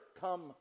come